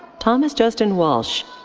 thomas justin walsh.